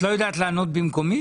מה, את לא יודעת לענות במקומי?